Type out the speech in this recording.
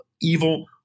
evil